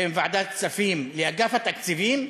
בין ועדת הכספים לאגף התקציבים,